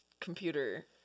computer